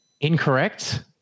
Incorrect